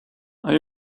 are